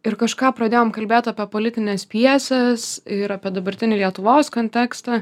ir kažką pradėjom kalbėt apie politines pjeses ir apie dabartinį lietuvos kontekstą